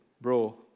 bro